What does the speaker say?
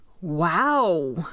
Wow